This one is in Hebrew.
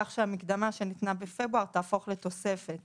כך שהמקדמה שניתנה בפברואר תהפוך לתוספת